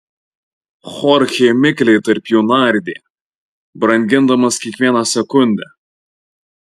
chorchė mikliai tarp jų nardė brangindamas kiekvieną sekundę